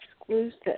exclusive